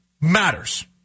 matters